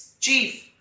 Chief